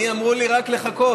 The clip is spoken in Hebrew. אני, אמרו לי רק לחכות.